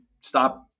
stop